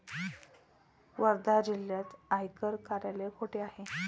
वर्धा जिल्ह्यात आयकर कार्यालय कुठे आहे?